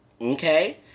Okay